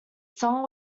song